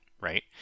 right